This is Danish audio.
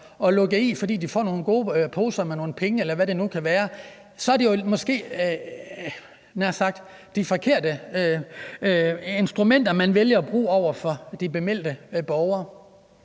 at lukke i, fordi de får nogle gode poser med nogle penge, eller hvad det nu kan være, så er det jo måske, jeg havde nær sagt, de forkerte instrumenter, man vælger at bruge over for de bemeldte borgere.